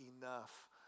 enough